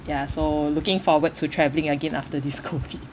ya so looking forward to traveling again after this COVID